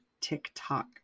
TikTok